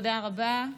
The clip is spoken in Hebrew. תודה רבה.